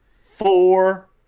four